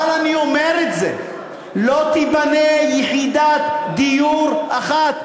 אבל אני אומר את זה: לא תיבנה יחידת דיור אחת,